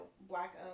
black